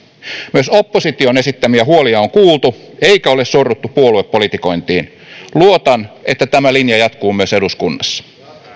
myös opposition esittämiä huolia on kuultu eikä ole sorruttu puoluepolitikointiin luotan että tämä linja jatkuu myös eduskunnassa